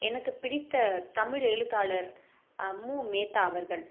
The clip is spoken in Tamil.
எனக்கு பிடித்த தமிழ் எழுத்தாளர் மு மேத்தா அவர்கள்